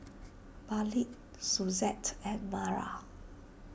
Malik Suzette and Mara